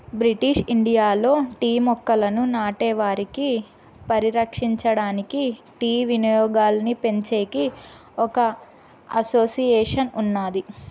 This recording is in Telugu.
బ్రిటిష్ ఇండియాలో టీ మొక్కలను నాటే వారిని పరిరక్షించడానికి, టీ వినియోగాన్నిపెంచేకి ఒక అసోసియేషన్ ఉన్నాది